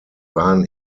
waren